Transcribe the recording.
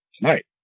Tonight